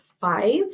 five